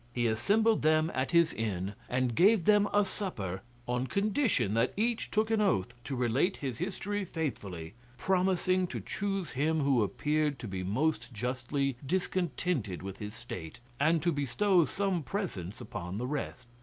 he assembled them at his inn, and gave them a supper on condition that each took an oath to relate his history faithfully, promising to choose him who appeared to be most justly discontented with his state, and to bestow some presents upon the rest.